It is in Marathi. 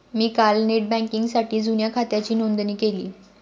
मी काल नेट बँकिंगसाठी जुन्या खात्याची नोंदणी केली